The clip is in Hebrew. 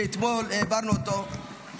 שאתמול העברנו אותו,